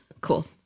cool